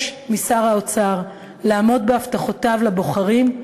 משר האוצר לעמוד בהבטחותיו לבוחרים,